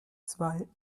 zwei